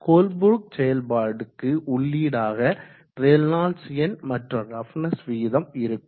Colebrook செயல்பாட்டுக்கு உள்ளீடாக Reynolds எண் மற்றும் ரஃப்னஸ் விகிதம் இருக்கும்